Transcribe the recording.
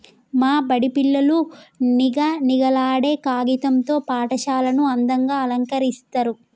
మా బడి పిల్లలు నిగనిగలాడే కాగితం తో పాఠశాలను అందంగ అలంకరిస్తరు